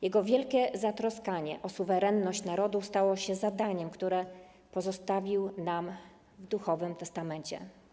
Jego wielkie zatroskanie o suwerenność narodu stało się zadaniem, które pozostawił nam w duchowym testamencie.